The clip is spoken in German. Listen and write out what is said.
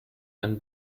einen